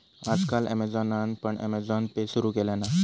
आज काल ॲमेझॉनान पण अँमेझॉन पे सुरु केल्यान हा